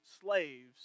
slaves